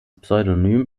pseudonym